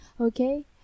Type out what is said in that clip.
okay